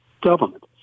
government